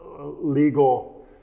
legal